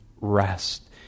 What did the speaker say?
rest